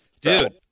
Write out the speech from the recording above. Dude